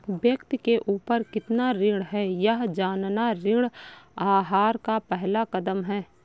व्यक्ति के ऊपर कितना ऋण है यह जानना ऋण आहार का पहला कदम है